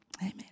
Amen